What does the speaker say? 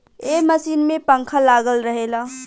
ए machine में पंखा लागल रहेला